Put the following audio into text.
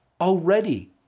already